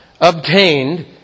obtained